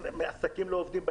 עסקים לא עובדים בערב,